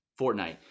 fortnite